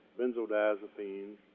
benzodiazepines